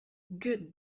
good